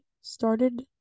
started